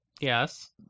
Yes